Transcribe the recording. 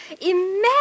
Imagine